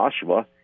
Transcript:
Joshua